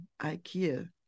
Ikea